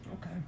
Okay